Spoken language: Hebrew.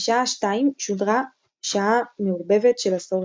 בשעה 1400 שודרה שעה מעורבבת של עשורים,